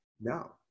No